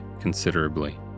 considerably